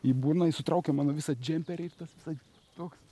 į burną ir sutraukė mano visą džemperį ir tas visai toks